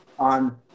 on